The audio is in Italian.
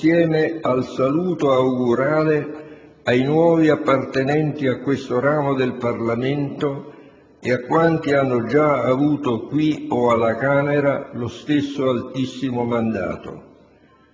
insieme al saluto augurale ai nuovi appartenenti a questo ramo del Parlamento e a quanti hanno già avuto, qui o alla Camera, lo stesso altissimo mandato.